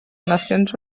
nacions